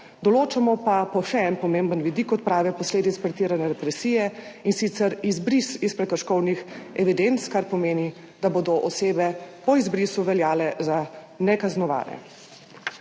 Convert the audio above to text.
določamo pa še en pomemben vidik odprave posledic pretirane represije, in sicer izbris iz prekrškovnih evidenc, kar pomeni, da bodo osebe po izbrisu veljale za nekaznovane.